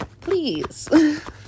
Please